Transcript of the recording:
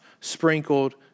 sprinkled